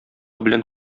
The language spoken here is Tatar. белән